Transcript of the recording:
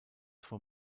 vom